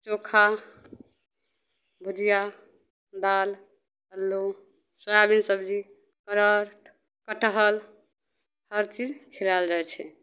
चोखा भुजिआ दालि अल्लू सोयाबिन सबजी परोर कटहल हरचीज खिलाएल जाइ छै